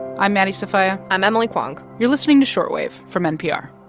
i'm maddie sofia i'm emily kwong you're listening to short wave from npr